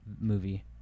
movie